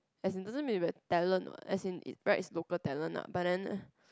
as in doesn't mean but talent what as in it writes local talent ah but then